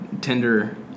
tender